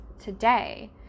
today